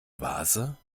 vase